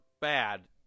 bad